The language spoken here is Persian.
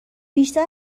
بیشتر